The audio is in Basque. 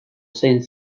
zein